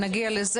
נגיע לזה.